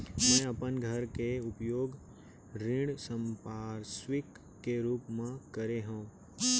मै अपन घर के उपयोग ऋण संपार्श्विक के रूप मा करे हव